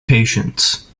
patients